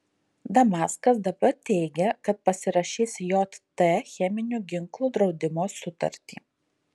damaskas dabar teigia kad pasirašys jt cheminių ginklų draudimo sutartį